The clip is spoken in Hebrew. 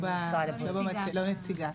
לא במטה, לא נציגה.